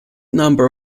number